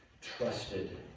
trusted